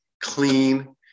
clean